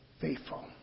faithful